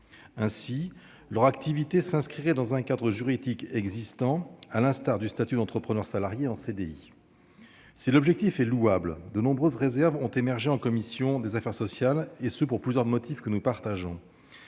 Ainsi leur activité s'inscrirait dans le cadre juridique existant, à l'instar du statut d'entrepreneur salarié en CDI. Si l'objectif est louable, de nombreuses réserves ont émergé en commission des affaires sociales, pour plusieurs motifs, auxquels nous souscrivons.